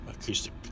acoustic